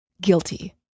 guilty